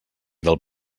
del